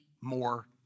more